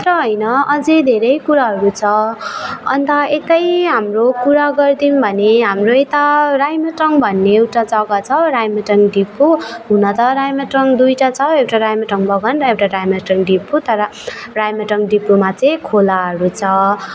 मात्र होइन अझ धेरै कुराहरू छ अन्त यतै हाम्रो कुरा गरिदिऊँ भने हाम्रै यता राइमाटाङ भन्ने एउटा जगा छ राइमाटाङ डिपो हुन त राइमाटाङ दुइवटा छ एउटा राइमाटाङ बगान र एउटा राइमाटाङ डिपो तर राइमाटाङ डिपोमा चाहिँ खोलाहरू छ